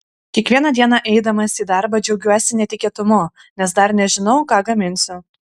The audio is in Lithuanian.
kiekvieną dieną eidamas į darbą džiaugiuosi netikėtumu nes dar nežinau ką gaminsiu